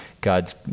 God's